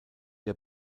der